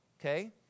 okay